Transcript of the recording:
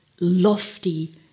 lofty